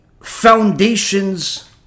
foundations